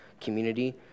community